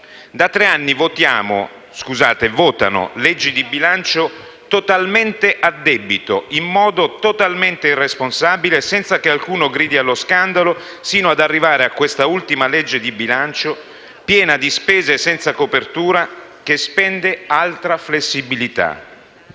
- scusate, votano - leggi di bilancio totalmente a debito, in modo totalmente irresponsabile, senza che alcuno gridi allo scandalo, sino ad arrivare a quest'ultimo disegno di legge di bilancio pieno di spese senza copertura, che spende altra flessibilità: